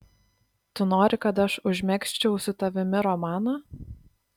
tu nori kad aš užmegzčiau su tavimi romaną